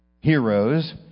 heroes